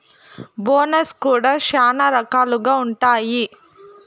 bonus కూడా శ్యానా రకాలుగా ఉంటాయి